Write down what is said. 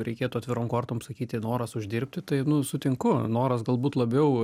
reikėtų atvirom kortom sakyti noras uždirbti tai nu sutinku noras galbūt labiau